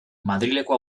madrileko